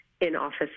in-office